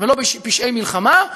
לא בפשעי מלחמה,